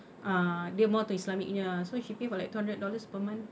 ah dia more to islamic punya so she pay for like two hundred dollars per month